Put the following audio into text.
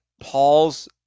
Paul's